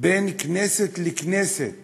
בין כנסת לכנסת